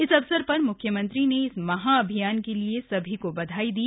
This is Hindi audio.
इस अवसर प्र म्ख्यमंत्री ने इस महाअभियान के लिए सभी बधाई दी